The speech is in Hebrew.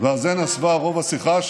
ועל זה נסבה רוב השיחה,